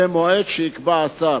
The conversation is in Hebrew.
במועד שיקבע השר,